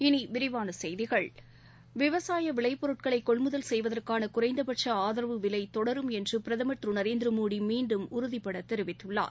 இனி விரிவான செய்திகள் விவசாய விளைப்பொருட்களை கொள்முதல் செய்வதற்கான குறைந்தபட்ச ஆதரவு விலை தொடரும் என்று பிரதமர் திரு நரேந்திர மோடி மீண்டும் உறுதிபட தெரிவித்துள்ளார்